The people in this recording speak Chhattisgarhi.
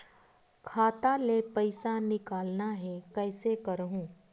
खाता ले पईसा निकालना हे, कइसे करहूं?